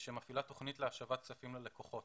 שמפעילה תוכנית להשבת כספים ללקוחות.